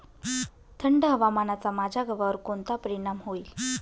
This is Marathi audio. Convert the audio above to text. थंड हवामानाचा माझ्या गव्हावर कोणता परिणाम होईल?